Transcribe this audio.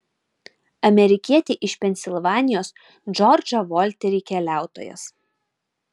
amerikietį iš pensilvanijos džordžą volterį keliautojas